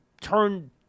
turn